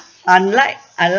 unlike unlike